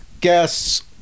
Guests